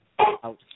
out